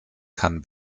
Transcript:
kann